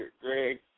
Greg